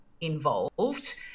involved